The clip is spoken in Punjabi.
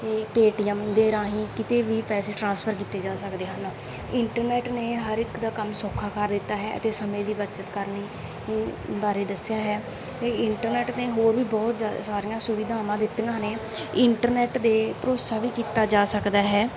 ਪੇਟੀਐਮ ਦੇ ਰਾਹੀਂ ਕਿਤੇ ਵੀ ਪੈਸੇ ਟਰਾਂਸਫਰ ਕੀਤੇ ਜਾ ਸਕਦੇ ਹਨ ਇੰਟਰਨੈਟ ਨੇ ਹਰ ਇੱਕ ਦਾ ਕੰਮ ਸੌਖਾ ਕਰ ਦਿੱਤਾ ਹੈ ਅਤੇ ਸਮੇਂ ਦੀ ਬੱਚਤ ਕਰਨ ਬਾਰੇ ਦੱਸਿਆ ਹੈ ਇਹ ਇੰਟਰਨੈਟ ਨੇ ਹੋਰ ਵੀ ਬਹੁਤ ਜ ਸਾਰੀਆਂ ਸੁਵਿਧਾਵਾਂ ਦਿੱਤੀਆਂ ਨੇ ਇੰਟਰਨੈਟ ਦੇ ਭਰੋਸਾ ਵੀ ਕੀਤਾ ਜਾ ਸਕਦਾ ਹੈ